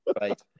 Right